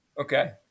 Okay